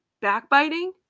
backbiting